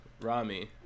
Rami